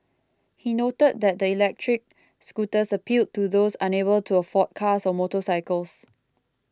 he noted that the electric scooters appealed to those unable to afford cars or motorcycles